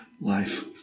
life